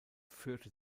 führte